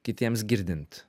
kitiems girdint